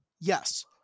Yes